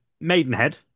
Maidenhead